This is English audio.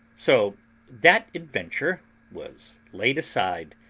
so that adventure was laid aside,